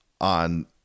on